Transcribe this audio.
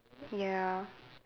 ya